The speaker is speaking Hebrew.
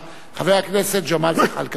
חבר הכנסת ג'מאל זחאלקה, בבקשה.